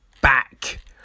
Back